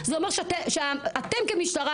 זה אומר שאתם כמשטרה,